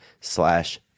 slash